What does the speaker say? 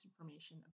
information